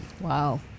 Wow